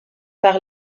par